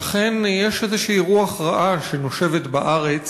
אכן יש איזו רוח רעה שנושבת בארץ